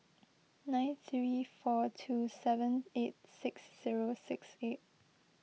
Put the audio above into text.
nine three four two seven eight six zero six eight